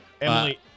Emily